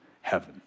heaven